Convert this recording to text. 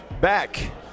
back